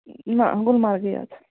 نہَ گُلمرگٕے یوت